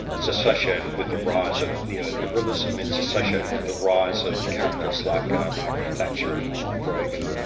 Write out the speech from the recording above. it's associated with the rise of neo liberalism, it's associated with the rise of characters like um margaret thatcher and ronald reagan,